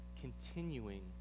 continuing